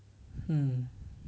mm